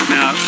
Now